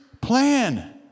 plan